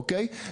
אוקי,